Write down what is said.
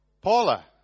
Paula